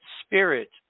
spirit